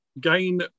Gain